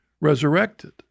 resurrected